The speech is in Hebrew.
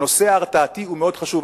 הנושא ההרתעתי הוא מאוד חשוב.